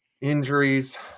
injuries